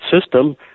system